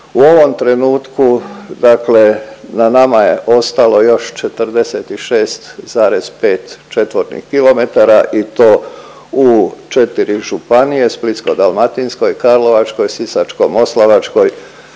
U ovom trenutku na nama je ostalo još 46,5 četvornih kilometara i to u četiri županije Splitsko-dalmatinskoj, Karlovačkoj, Sisačko-moslavačkoj